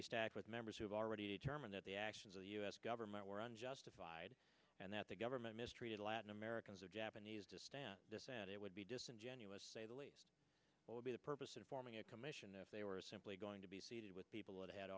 be stacked with members who have already determined that the actions of the us government were unjustified and that the government mistreated latin americans or japanese to stand out it would be disingenuous to say the least what would be the purpose of forming a commission if they were simply going to be seated with people that had